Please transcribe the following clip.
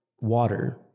water